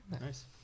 Nice